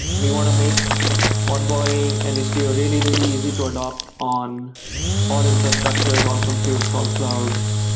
we want to make envoy and istio really, really easy to adopt on all infrastructures, all computes, all clouds,